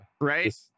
right